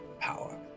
power